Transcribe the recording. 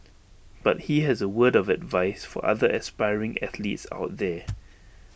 but he has A word of advice for other aspiring athletes out there